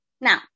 now